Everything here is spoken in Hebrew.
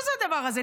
מה זה הדבר הזה?